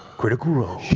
critical role.